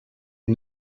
est